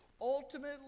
ultimately